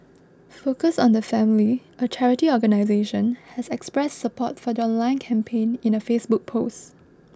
focus on the family a charity organisation has expressed support for the online campaign in a Facebook post